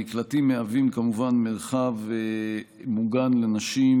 המקלטים מהווים כמובן מרחב מוגן לנשים,